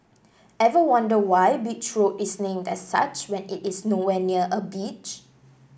ever wonder why Beach Road is named as such when it is nowhere near a beach